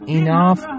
enough